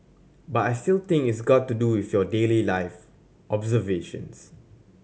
but I still think it's got to do with your daily life observations